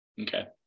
Okay